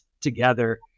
together